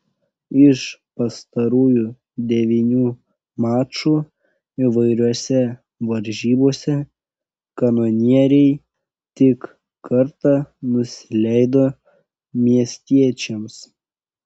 iš pastarųjų devynių mačų įvairiose varžybose kanonieriai tik kartą nusileido miestiečiams